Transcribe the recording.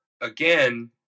again